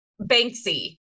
banksy